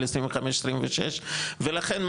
על 25-26 ולכן,